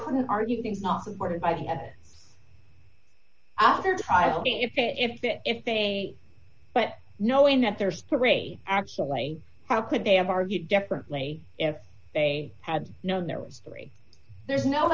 couldn't argue things not supported by the evidence after trial if it if it if they but knowing that there's three actually how could they have argued differently if they had known there was three there's no